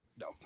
No